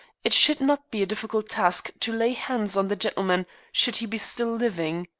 it should not be a difficult task to lay hands on the gentleman should he be still living.